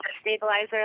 stabilizer